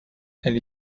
elle